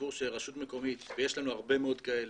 רשות מקומית, ויש לנו הרבה מאוד כאלה,